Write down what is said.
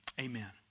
Amen